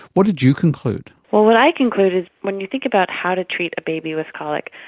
what did you conclude? what what i concluded, when you think about how to treat a baby with colic,